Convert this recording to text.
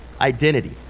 identity